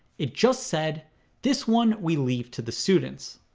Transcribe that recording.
it just said this one we leave to the students!